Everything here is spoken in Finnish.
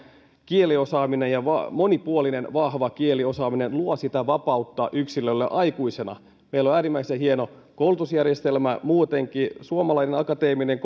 kieliosaaminen monipuolinen vahva kieliosaaminen luo sitä vapautta yksilölle aikuisena meillä on äärimmäisen hieno koulutusjärjestelmä muutenkin suomalainen akateeminen